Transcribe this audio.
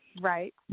Right